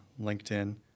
LinkedIn